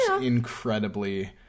incredibly